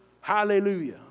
Hallelujah